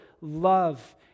love